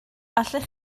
allech